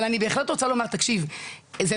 לא,